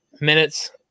minutes